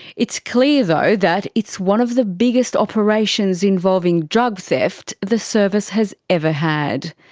it's clear though that it's one of the biggest operations involving drug theft the service has ever had.